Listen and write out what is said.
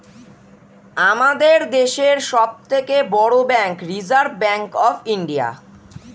আমাদের দেশের সব থেকে বড় bank reserve bank of India